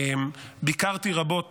ביקרתי רבות